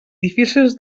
difícils